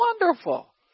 wonderful